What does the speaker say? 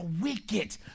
wicked